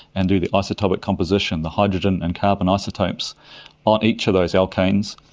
and do the isotopic composition, the hydrogen and carbon isotopes on each of those alkanes,